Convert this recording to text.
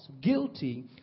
guilty